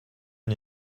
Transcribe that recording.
une